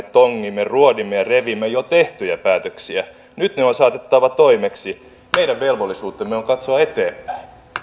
tongimme ruodimme ja revimme jo tehtyjä päätöksiä nyt ne on saatettava toimeksi meidän velvollisuutemme on katsoa eteenpäin